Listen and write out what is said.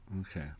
Okay